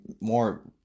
more